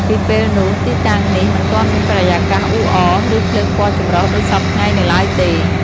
ពីពេលនោះ ទីតាំងនេះមិនទាន់មានបរិយាកាសអ៊ូអរ ឬភ្លើងពណ៌ចម្រុះដូចសព្វថ្ងៃនៅឡើយទេ។